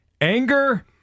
anger